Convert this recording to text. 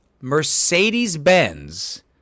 Mercedes-Benz